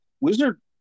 Wizard